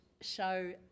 show